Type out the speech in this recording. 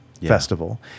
festival